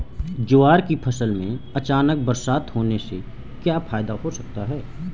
ज्वार की फसल में अचानक बरसात होने से क्या फायदा हो सकता है?